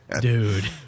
dude